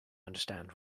understand